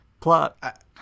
Plot